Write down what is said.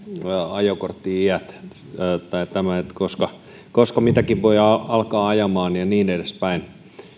ajokortti iät tai tämä milloin mitäkin voidaan alkaa ajamaan ja niin edespäin